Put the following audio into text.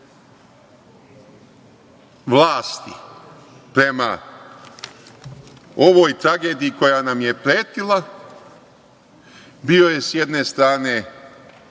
vlasti prema ovoj tragediji koja nam je pretila bio je s jedne strane